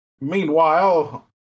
Meanwhile